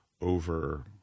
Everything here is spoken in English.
over